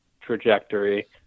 trajectory